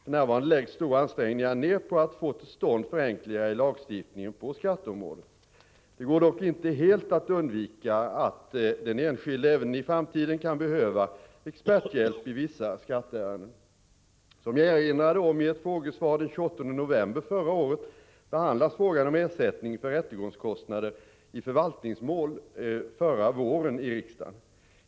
För närvarande läggs stora ansträngningar ned på att få till stånd förenklingar i lagstiftningen på skatteområdet. Det går dock inte helt att undvika att den enskilde även i framtiden kan behöva experthjälp i vissa skatteärenden. Som jag erinrade om i ett frågesvar den 28 november förra året behandlades frågan om ersättning för rättegångskostnader i förvaltningsmål förra våren i riksdagen.